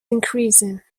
increasing